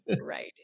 Right